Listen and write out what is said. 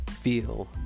feel